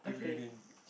team building